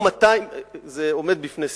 זה עומד בפני סיום,